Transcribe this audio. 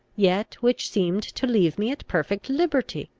yet which seemed to leave me at perfect liberty?